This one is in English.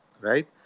Right